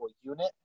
unit